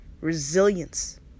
Resilience